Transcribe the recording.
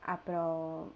அப்புறம்:appuram